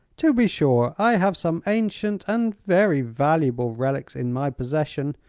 to be sure. i have some ancient and very valuable relics in my possession,